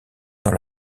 dans